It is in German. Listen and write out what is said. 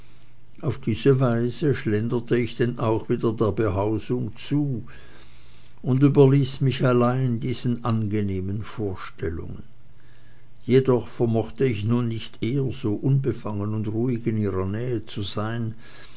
auf diese weise schlenderte ich denn auch wieder der behausung zu und überließ mich allein diesen angenehmen vorstellungen jedoch vermochte ich nun nicht mehr so unbefangen und ruhig in ihrer nähe zu sein